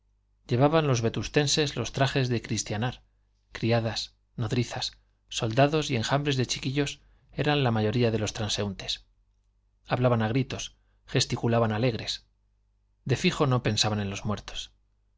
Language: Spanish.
llevaban los vetustenses los trajes de cristianar criadas nodrizas soldados y enjambres de chiquillos eran la mayoría de los transeúntes hablaban a gritos gesticulaban alegres de fijo no pensaban en los muertos